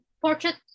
portrait